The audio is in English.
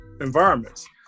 environments